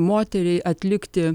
moteriai atlikti